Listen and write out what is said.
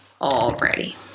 already